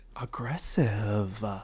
Aggressive